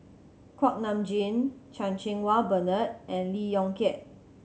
Kuak Nam Jin Chan Cheng Wah Bernard and Lee Yong Kiat